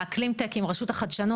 טכנולוגיית אקלים עם רשות החדשנות.